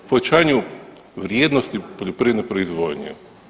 Povećanju vrijednosti poljoprivredne proizvodnje.